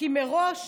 כי מראש